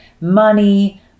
money